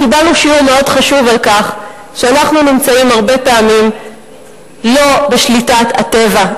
קיבלנו שיעור מאוד חשוב על כך שאנחנו נמצאים הרבה פעמים לא בשליטת הטבע,